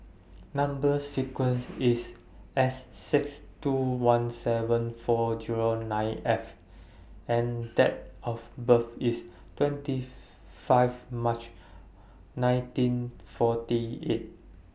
Number sequence IS S six two one seven four Zero nine F and Date of birth IS twenty five March nineteen forty eight